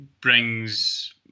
brings